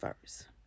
first